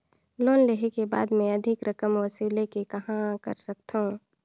Loan लेहे के बाद मे अधिक रकम वसूले के कहां कर सकथव?